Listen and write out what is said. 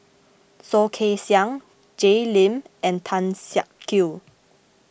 Soh Kay Siang Jay Lim and Tan Siak Kew